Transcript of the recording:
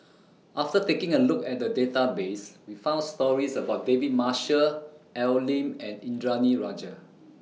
after taking A Look At The Database We found stories about David Marshall Al Lim and Indranee Rajah